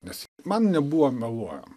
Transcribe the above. nes man nebuvo meluojama